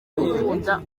ukunda